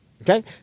Okay